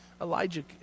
Elijah